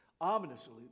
ominously